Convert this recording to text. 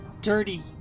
dirty